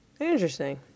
Interesting